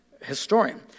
historian